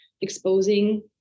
exposing